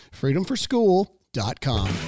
freedomforschool.com